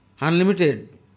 unlimited